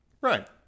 right